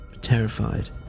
terrified